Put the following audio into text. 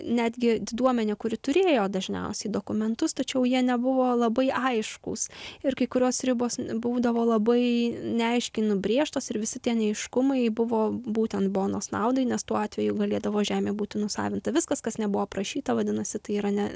netgi diduomenė kuri turėjo dažniausiai dokumentus tačiau jie nebuvo labai aiškūs ir kai kurios ribos būdavo labai neaiškiai nubrėžtos ir visi tie neaiškumai buvo būtent bonos naudai nes tuo atveju galėdavo žemė būti nusavinta viskas kas nebuvo aprašyta vadinasi tai yra ne